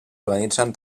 organitzen